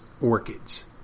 orchids